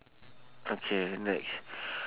okay next